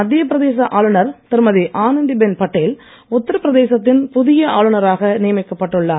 மத்தியப் பிரதேச ஆளுநர் திருமதி ஆனந்தி பென் பட்டேல் உத்தர பிரதேசத்தின் புதிய ஆளுநராக நியமிக்கப்பட்டுள்ளார்